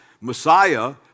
Messiah